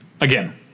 Again